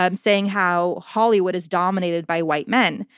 ah um saying how hollywood is dominated by white men.